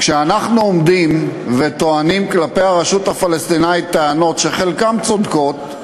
כשאנחנו עומדים וטוענים כלפי הרשות הפלסטינית טענות שחלקן צודקות,